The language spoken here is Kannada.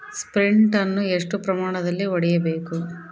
ಸ್ಪ್ರಿಂಟ್ ಅನ್ನು ಎಷ್ಟು ಪ್ರಮಾಣದಲ್ಲಿ ಹೊಡೆಯಬೇಕು?